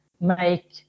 make